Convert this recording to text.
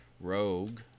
Rogue